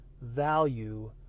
value